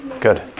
Good